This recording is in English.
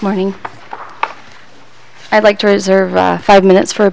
morning i'd like to reserve five minutes for